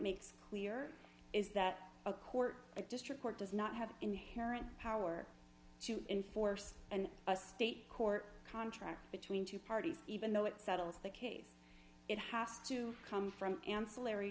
makes clear is that a court a district court does not have inherent power to enforce and a state court contract between two parties even though it settles the case it has to come from ancillary